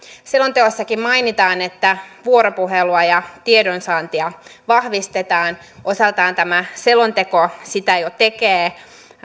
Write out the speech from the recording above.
selonteossakin mainitaan että vuoropuhelua ja tiedonsaantia vahvistetaan osaltaan tämä selonteko sitä jo tekee